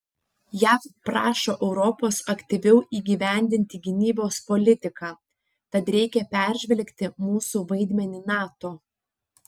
jav prašo europos aktyviau įgyvendinti gynybos politiką tad reikia peržvelgti mūsų vaidmenį nato